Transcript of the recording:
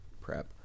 prep